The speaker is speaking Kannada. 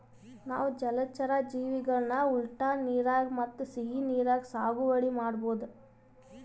ನಾವ್ ಜಲಚರಾ ಜೀವಿಗಳನ್ನ ಉಪ್ಪ್ ನೀರಾಗ್ ಮತ್ತ್ ಸಿಹಿ ನೀರಾಗ್ ಸಾಗುವಳಿ ಮಾಡಬಹುದ್